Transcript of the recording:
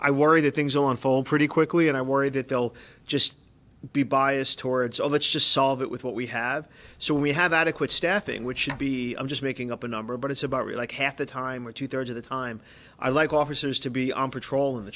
i worry that things on phone pretty quickly and i worry that they'll just be biased towards a let's just solve it with what we have so we have adequate staffing which should be i'm just making up a number but it's about me like half the time or two thirds of the time i like officers to be on patrol in the